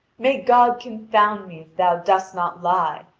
may god confound me, if thou dost not lie!